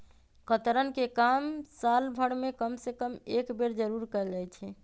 कतरन के काम साल भर में कम से कम एक बेर जरूर कयल जाई छै